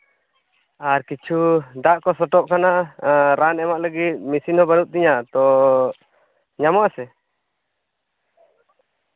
ᱟᱨ ᱠᱤᱪᱷᱩ ᱫᱟᱜ ᱠᱚ ᱥᱚᱴᱚᱜ ᱠᱟᱱᱟ ᱨᱟᱱ ᱮᱢᱟᱜ ᱞᱟᱹᱜᱤᱫ ᱢᱤᱥᱤᱱ ᱦᱚᱸ ᱵᱟᱹᱱᱩᱜ ᱛᱤᱧᱟᱹ ᱛᱚ ᱧᱟᱢᱚᱜᱼᱟ ᱥᱮ